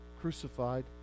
Crucified